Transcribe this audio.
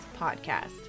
Podcast